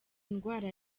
indwara